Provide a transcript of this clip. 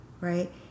right